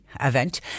event